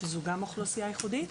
שזו גם אוכלוסייה ייחודית,